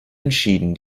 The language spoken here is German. entschieden